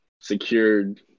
secured